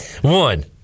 one